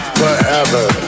forever